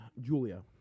Julia